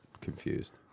confused